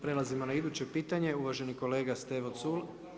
Prelazimo na iduće pitanje, uvaženi kolega Stevo Culej.